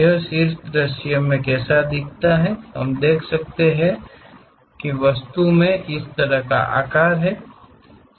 यह शीर्ष दृश्य में दिखता है हम देख सकते हैं कि वस्तु में इस तरह का आकार है